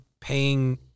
paying